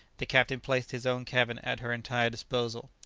the captain placed his own cabin at her entire disposal.